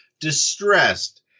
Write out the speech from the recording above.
distressed